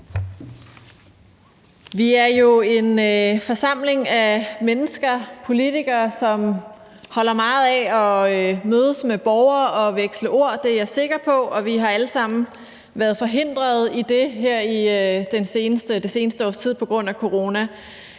vi er en forsamling af mennesker, politikere, som holder meget af at mødes med borgere og udveksle ord, og vi har alle sammen været forhindret i det her i det seneste års tid på grund af corona.